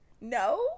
No